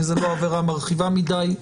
וזו לא עבירה מרחיבה מדי,